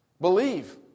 believe